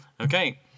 Okay